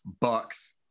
Bucks